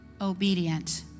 obedient